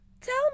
tell